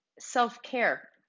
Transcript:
self-care